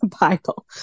Bible